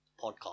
Podcast